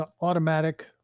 automatic